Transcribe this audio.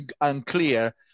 unclear